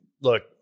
look